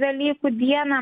velykų dieną